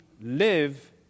live